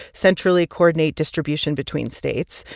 centrally coordinate distribution between states.